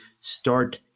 start